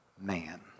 man